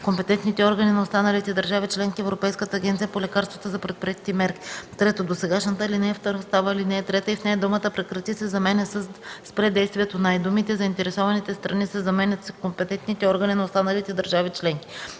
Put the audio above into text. компетентните органи на останалите държави членки и Европейската агенция по лекарствата за предприетите мерки.”. 3. Досегашната ал. 2 става ал. 3 и в нея думата „прекрати” се заменя със „спре действието на” и думите „заинтересованите страни” се заменят с „компетентните органи на останалите държави членки”.